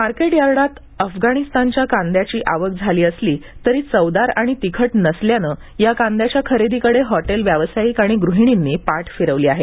market यार्डात अफगाणिस्तानच्या कांद्याची आवक झाली असली तरी चवदार आणि तिखट नसल्यानं या कांद्याच्या खरेदीकडे हॉटेल व्यावसायिक आणि गृहिणींनी पाठ फिरविली आहे